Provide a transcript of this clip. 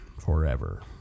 Forever